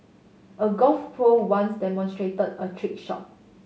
a golf pro once demonstrate a trick shot